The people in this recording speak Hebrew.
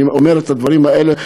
אני אומר את הדברים האלה,